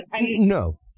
No